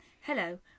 hello